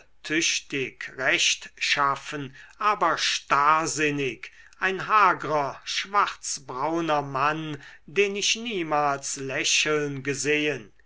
tüchtig rechtschaffen aber starrsinnig ein hagrer schwarzbrauner mann den ich niemals lächeln gesehen